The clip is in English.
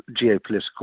geopolitical